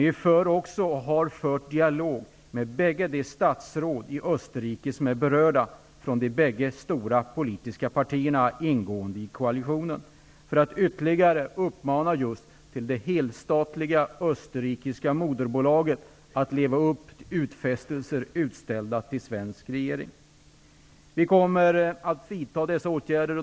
Vi för också och har fört dialog med bägge de statsråd i Österrike som är berörda, från de båda stora politiska partierna ingående i koalitionen, för att ytterligare uppmana det helstatliga österrikiska moderbolaget att leva upp till utfästelser utställda till den svenska regeringen. Vi kommer att vidta dessa åtgärder.